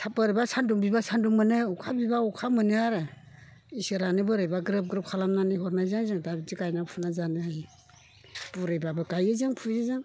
बोरैबा सान्दुं बिबा सान्दुं मोनो अखा बिबा अखा मोनो आरो इसोरानो बोरैबा ग्रोब ग्रोब खालामनानै हरनायजों जों दा बिदि गायनानै फुनानै जानो हायो बुरैबाबो गायो जों फुयो जों